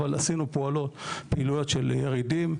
אבל עשינו פעילויות של ירידים,